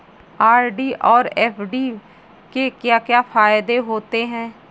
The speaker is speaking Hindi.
आर.डी और एफ.डी के क्या क्या फायदे होते हैं?